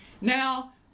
Now